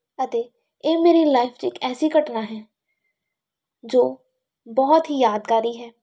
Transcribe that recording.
ਅਤੇ ਇਹ ਮੇਰੇ ਲਾਈਫ 'ਚ ਇੱਕ ਐਸੀ ਘਟਨਾ ਹੈ ਜੋ ਬਹੁਤ ਹੀ ਯਾਦਗਾਰੀ ਹੈ